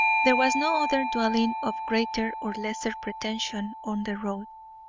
there was no other dwelling of greater or lesser pretension on the road,